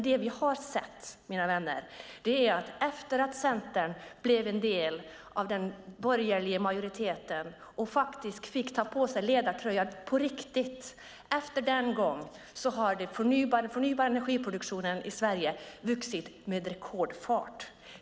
Det vi har sett, mina vänner, är att efter att Centern blev en del av den borgerliga majoriteten och faktiskt fick ta på sig ledartröjan på riktigt har den förnybara produktionen i Sverige vuxit med rekordfart.